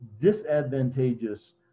disadvantageous